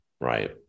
Right